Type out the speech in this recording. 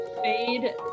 fade